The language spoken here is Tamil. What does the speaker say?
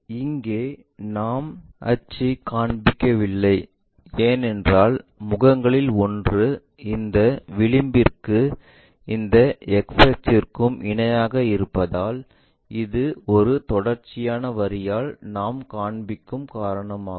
இங்கே நாம் அச்சு காண்பிக்கவில்லை ஏனெனில் முகங்களில் ஒன்று இந்த விளிம்பிற்கும் இந்த எக்ஸ் அச்சிற்கும் இணையாக இருப்பதால் இது ஒரு தொடர்ச்சியான வரியால் நாம் காண்பிக்கும் காரணமாகும்